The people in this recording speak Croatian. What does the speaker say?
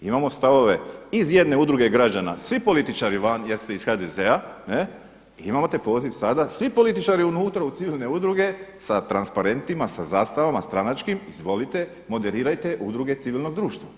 Imamo stavove iz jedne udruge građana svi političari van jer ste iz HDZ-a i imamo poziv sada svi političari unutra u civilne udruge sa transparentima, sa zastavama stranačkim izvolite moderirajte udruge civilnog društva.